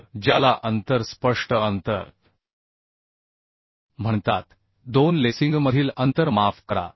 तर ज्याला अंतर स्पष्ट अंतर म्हणतात दोन लेसिंगमधील अंतर माफ करा